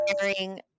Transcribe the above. wearing